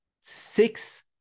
six